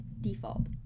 default